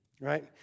right